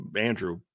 Andrew